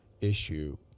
issue